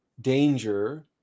danger